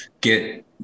get